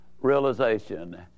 realization